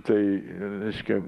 tai reiškia